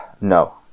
No